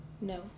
No